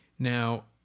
Now